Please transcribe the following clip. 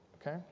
okay